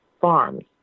Farms